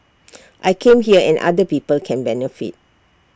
I come here and other people can benefit